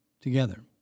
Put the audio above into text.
together